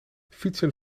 fietsen